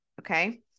Okay